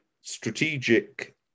strategic